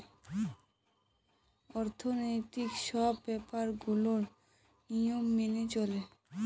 অর্থনৈতিক সব ব্যাপার গুলোর নিয়ম মেনে চলে